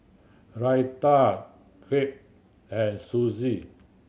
Raita Crepe and